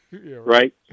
right